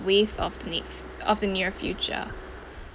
waves of the needs of the near future